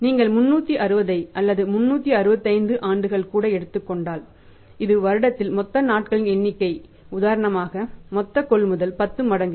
நீங்கள் 360 ஐ அல்லது 365 ஆண்டுகள் கூட எடுத்துக் கொண்டால் ஒரு வருடத்தில் மொத்த நாட்களின் எண்ணிக்கை உதாரணமாக மொத்த கொள்முதல் 10 மடங்கு